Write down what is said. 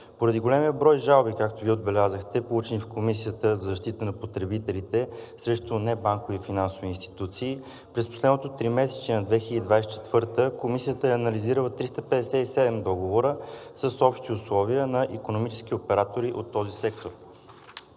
Поради големия брой жалби, както Вие отбелязахте, получени в Комисията за защита на потребителите срещу небанкови финансови институции, през последното тримесечие на 2024 г. Комисията е анализирала 357 договора с общи условия на икономически оператори от този сектор.